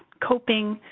coping.